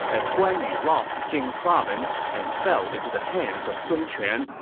as guan yu lost jing province and fell into the hands of sun quan,